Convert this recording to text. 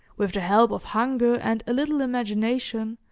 with the help of hunger and a little imagination,